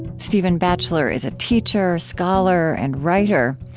stephen batchelor is a teacher, scholar and writer.